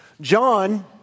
John